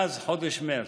מאז חודש מרץ,